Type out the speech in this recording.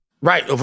Right